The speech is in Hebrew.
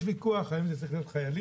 יש ויכוח האם זה צריך להיות חיילים,